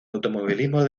automovilismo